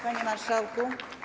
Panie Marszałku!